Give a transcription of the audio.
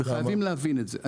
וחייבים להבין את זה.